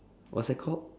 what's that called